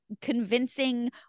convincing